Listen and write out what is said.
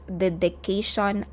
dedication